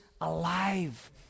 alive